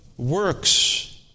Works